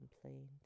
complained